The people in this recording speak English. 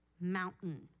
mountain